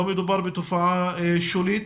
לא מדובר בתופעה שולית,